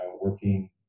working